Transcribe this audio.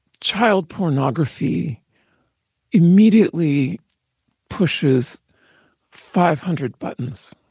child pornography immediately pushes five hundred buttons.